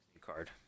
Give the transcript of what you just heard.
card